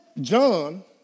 John